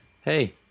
Hey